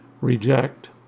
reject